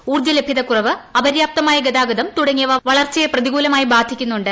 ഊർജലിഭൃത് കുറവ് അപര്യാപ്തമായ ഗതാഗതം തുടങ്ങിയവ വളർച്ചയെ പ്രപ്തികൂലമായി ബാധിക്കുന്നുണ്ട്